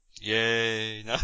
Yay